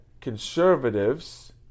conservatives